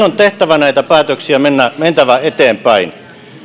on tehtävä näitä päätöksiä mentävä eteenpäin